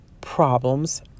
problems